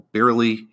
Barely